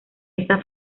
esa